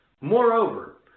Moreover